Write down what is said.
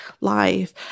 life